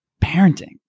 parenting